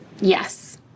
Yes